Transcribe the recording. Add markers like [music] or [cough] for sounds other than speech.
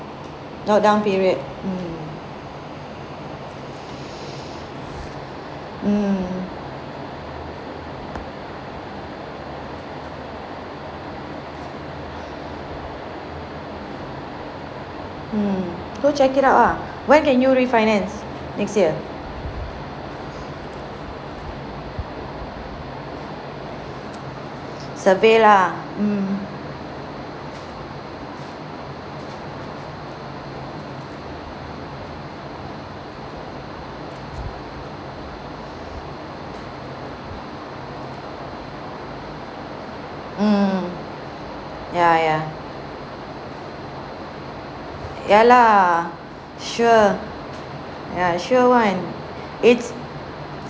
lockdown period mm [breath] mm mm go check it out ah when can you refinance next year survey lah mm [breath] mm ya ya ya lah sure ya sure one it's